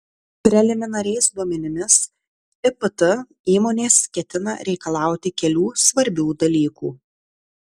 preliminariais duomenimis ipt įmonės ketina reikalauti kelių svarbių dalykų